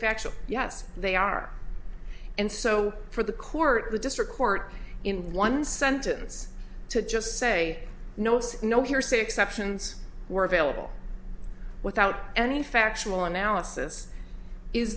factual yes they are and so for the court the district court in one sentence to just say no snow here say exceptions were available without any factual analysis is